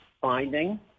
finding